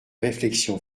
réflexion